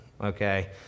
okay